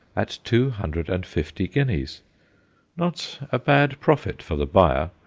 at two hundred and fifty guineas not a bad profit for the buyer,